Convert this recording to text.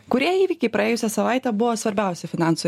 kurie įvykiai praėjusią savaitę buvo svarbiausi finansų